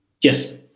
yes